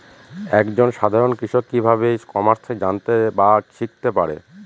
এক জন সাধারন কৃষক কি ভাবে ই কমার্সে জানতে বা শিক্ষতে পারে?